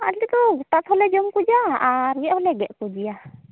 ᱟᱞᱮᱫᱚ ᱜᱚᱴᱟ ᱛᱮᱦᱚᱞᱮ ᱡᱚᱢ ᱠᱚᱜᱮᱭᱟ ᱟᱨ ᱜᱮᱫ ᱦᱚᱞᱮ ᱜᱮᱫ ᱠᱚᱜᱮᱭᱟ